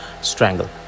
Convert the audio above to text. strangle